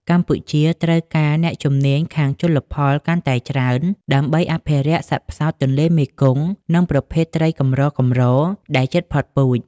កម្ពុជាត្រូវការអ្នកជំនាញខាងជលផលកាន់តែច្រើនដើម្បីអភិរក្សសត្វផ្សោតទន្លេមេគង្គ និងប្រភេទត្រីកម្រៗដែលជិតផុតពូជ។